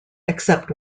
except